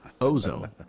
ozone